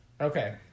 okay